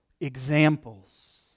examples